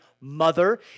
mother